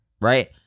right